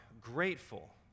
grateful